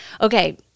Okay